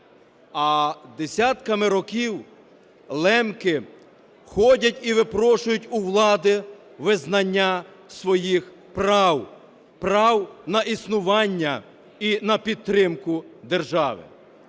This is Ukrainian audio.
а десятками років лемки ходять і випрошують у влади визнання своїх прав – прав на існування і на підтримку держави.